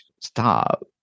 stop